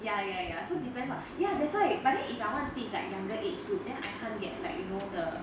ya ya ya so depends lah ya that's why but then if I want to teach like younger age group then I can't get like you know the